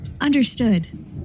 Understood